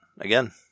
again